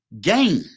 gain